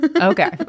Okay